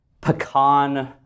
pecan